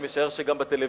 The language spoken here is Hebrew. אני משער שגם בטלוויזיה,